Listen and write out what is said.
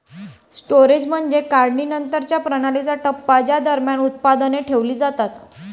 storage म्हणजे काढणीनंतरच्या प्रणालीचा टप्पा ज्या दरम्यान उत्पादने ठेवली जातात